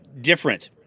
different